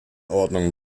ordnung